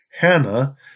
Hannah